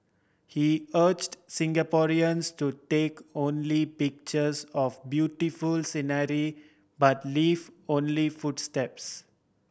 he urged Singaporeans to take only pictures of beautiful scenery but leave only footsteps